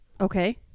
Okay